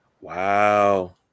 Wow